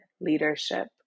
leadership